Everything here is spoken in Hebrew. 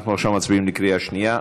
אנחנו עכשיו מצביעים בקריאה שנייה.